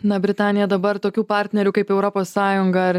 na britanija dabar tokių partnerių kaip europos sąjunga ar